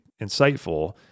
insightful